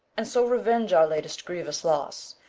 and so revenge our latest grievous loss,